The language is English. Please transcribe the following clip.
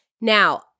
Now